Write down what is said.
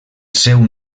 seu